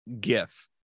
gif